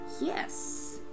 Yes